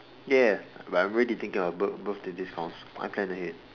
ya but I'm already thinking of birth~ birthday discounts I plan ahead